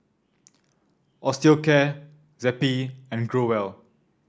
Osteocare Zappy and Growell